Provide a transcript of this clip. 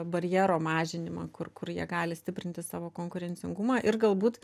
barjero mažinimą kur kur jie gali stiprinti savo konkurencingumą ir galbūt